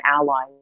allies